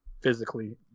physically